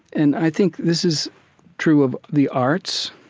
and i think this is true of the arts,